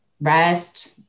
rest